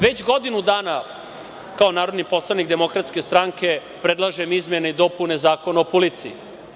Već godinu dana kao narodni poslanik DS predlažem izmene i dopune Zakona o policiji.